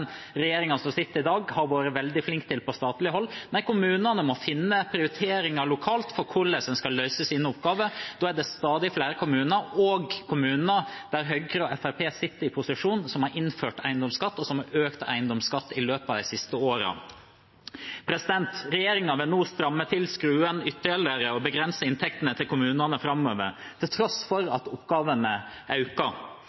som sitter i dag, har vært veldig flink til på statlig hold – kommunene må gjøre prioriteringer lokalt for å løse sine oppgaver. Det er stadig flere kommuner, også kommuner der Høyre og Fremskrittspartiet sitter i posisjon, som har innført eiendomsskatt, og som har økt eiendomsskatten i løpet av de siste årene. Regjeringen vil nå stramme til skruen ytterligere og begrense inntektene til kommunene framover, til tross for